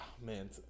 Man